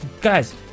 Guys